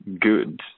good